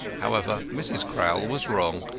however, mrs. crowl was wrong.